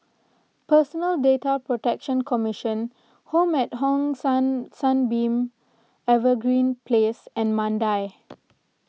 Personal Data Protection Commission Home at Hong San Sunbeam Evergreen Place and Mandai